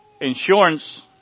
Insurance